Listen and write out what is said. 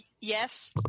Yes